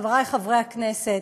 חברי חברי הכנסת,